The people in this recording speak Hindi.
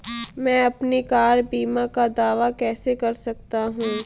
मैं अपनी कार बीमा का दावा कैसे कर सकता हूं?